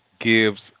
gives